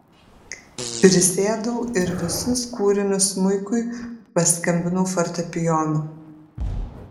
prisėdau ir visus kūrinius smuikui paskambinau fortepijonu